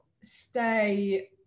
stay